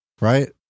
Right